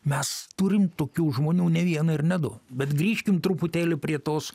mes turim tokių žmonių ne vieną ir ne du bet grįžkim truputėlį prie tos